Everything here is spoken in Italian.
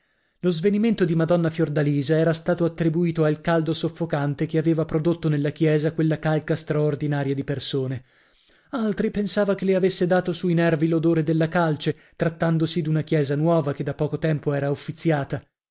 lo svenimento di madonna fiordalisa era stato attribuito al caldo soffocante che aveva prodotto nella chiesa quella calca straordinaria di persone altri pensava che le avesse dato sui nervi l'odore della calce trattandosi d'una chiesa nuova che da poco tempo era uffiziata